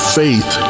faith